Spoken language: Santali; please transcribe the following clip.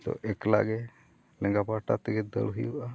ᱛᱚ ᱮᱠᱞᱟ ᱜᱮ ᱞᱮᱸᱜᱟ ᱯᱟᱦᱴᱟ ᱛᱮᱜᱮ ᱫᱟᱹᱲ ᱦᱩᱭᱩᱜᱼᱟ